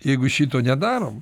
jeigu šito nedarom